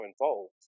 involved